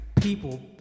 people